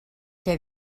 què